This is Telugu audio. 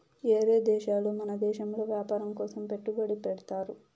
ఏరే దేశాలు మన దేశంలో వ్యాపారం కోసం పెట్టుబడి పెడ్తారు